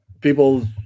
people